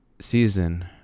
season